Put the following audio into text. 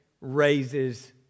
raises